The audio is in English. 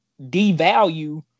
devalue